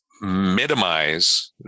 minimize